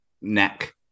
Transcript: neck